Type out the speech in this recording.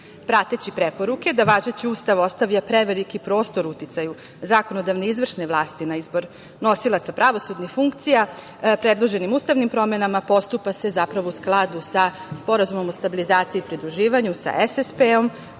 Prateći preporuke da važeći Ustav ostavlja preveliki prostor uticaju zakonodavne, izvršne vlasti na izbor nosilaca pravosudnih funkcija, predloženim ustavnim promenama postupa se u skladu sa Sporazumom o stabilizaciji i pridruživanju sa SSP